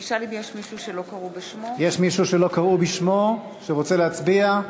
יש מישהו שלא קראו בשמו ורוצה להצביע?